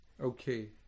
Okay